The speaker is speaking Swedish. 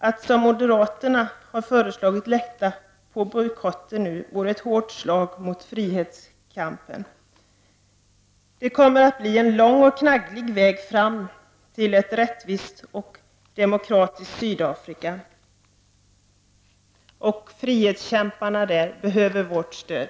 Att som moderaterna har föreslagit lätta på bojkotten nu vore ett hårt slag mot frihetskampen. Det kommer att bli en lång och knagglig väg fram till ett rättvist och demokratiskt Sydafrika, och frihetskämparna där behöver vårt stöd.